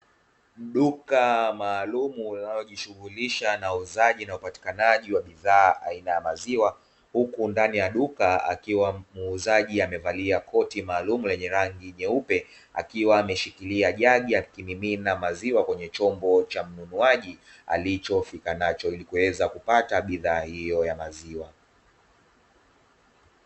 Duka maalum linalojishughulisha na uuzaji na upatikanaji wa bidhaa aina ya maziwa, huku ndani ya duka akiwa muuzaji amevalia koti maalum lenye rangi nyeupe, huku ameshikilia jagi akimimina maziwa kwenye chombo cha mnunuaji alichofika nacho ili kuweza kupata bidhaa hiyo ya maziwa.